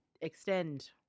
extend